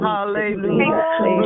Hallelujah